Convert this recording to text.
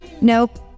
Nope